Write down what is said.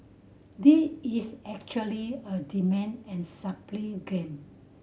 this is actually a demand and supply game